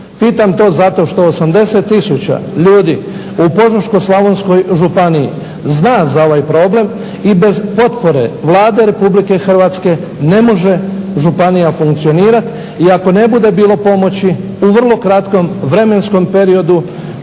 Pitam to zato što 80 tisuća ljudi u Požeško-slavonskoj županiji zna za ovaj problem i bez potpore Vlade RH ne može županija funkcionirati i ako ne bude bilo pomoći u vrlo kratkom vremenskom periodu